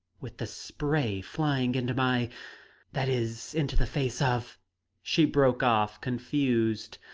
with the spray flying into my that is, into the face of she broke off, confused.